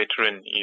veteran